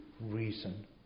reason